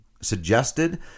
suggested